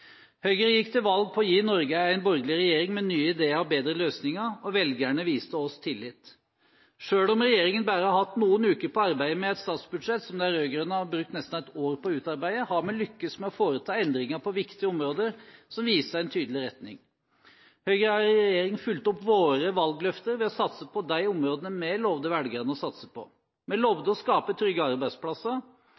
Høyre gikk til valg på å gi Norge en borgerlig regjering med nye ideer og bedre løsninger, og velgerne viste oss tillit. Selv om regjeringen bare har hatt noen uker på å arbeide med et statsbudsjett som de rød-grønne hadde brukt nesten ett år på å utarbeide, har vi lyktes med å foreta endringer på viktige områder, som viser en tydelig retning. Vi har i regjering fulgt opp våre valgløfter ved å satse på de områdene vi lovet velgerne å satse på.